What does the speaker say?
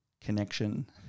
connection